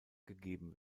gegeben